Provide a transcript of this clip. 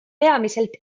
peamiselt